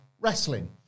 wrestling